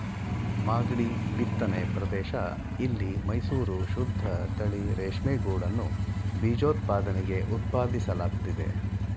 ಮಾಗ್ಡಿ ಬಿತ್ತನೆ ಪ್ರದೇಶ ಇಲ್ಲಿ ಮೈಸೂರು ಶುದ್ದತಳಿ ರೇಷ್ಮೆಗೂಡನ್ನು ಬೀಜೋತ್ಪಾದನೆಗೆ ಉತ್ಪಾದಿಸಲಾಗ್ತಿದೆ